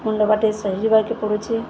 ମୁଣ୍ଡ ବାଟେ ସହିଯିବାକେ ପଡ଼ୁଛି